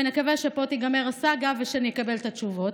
ונקווה שפה תיגמר הסאגה ושאקבל את התשובות.